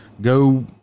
Go